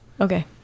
Okay